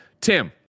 Tim